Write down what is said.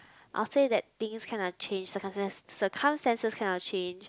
I'll say that things kind of change circumstan~ circumstances kind of change